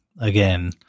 again